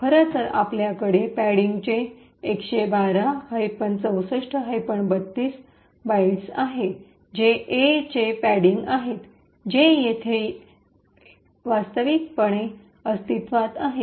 खरं तर आपल्याकडे पॅडिंगचे ११२ ६४ ३२ बाईड्स आहेत जे A चे पॅडिंग आहेत जे येथे येथून वास्तविकपणे अस्तित्वात आहेत